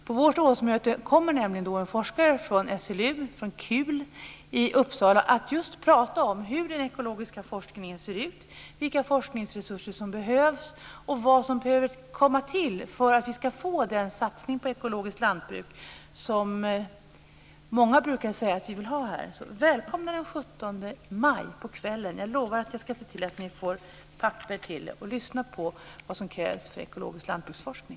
Till vårt årsmöte kommer nämligen en forskare från SLU och KUL i Uppsala för att just tala om hur den ekologiska forskningen ser ut, vilka forskningsresurser som behövs och vad som behöver komma till för att vi ska få den satsning på ekologiskt lantbruk som många av oss här brukar säga att vi vill ha. Välkomna den 17 maj på kvällen - jag lovar att se till att ni får papper om det - för att lyssna på vad som krävs för ekologisk lantbruksforskning.